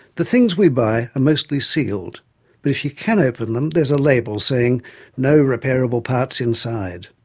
the things we buy are mostly sealed, but if you can open them, there's a label saying no repairable parts inside.